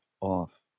off